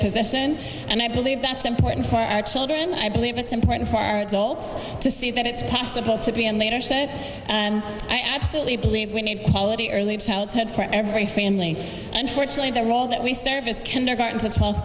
position and i believe that's important for our children i believe it's important for our adults to see that it's possible to be on later saying and i absolutely believe we need quality early childhood for every family and fortunately the role that we serve is kindergarten through twelfth